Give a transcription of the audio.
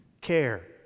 care